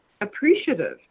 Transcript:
appreciative